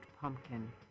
pumpkin